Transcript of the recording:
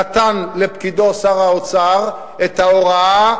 נתן לפקידו שר האוצר את ההוראה,